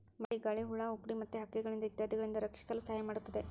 ಮಳಿಗಾಳಿ, ಹುಳಾಹುಪ್ಡಿ ಮತ್ತ ಹಕ್ಕಿಗಳಿಂದ ಇತ್ಯಾದಿಗಳಿಂದ ರಕ್ಷಿಸಲು ಸಹಾಯ ಮಾಡುತ್ತದೆ